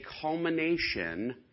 culmination